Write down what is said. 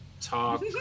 Talk